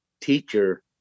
teacher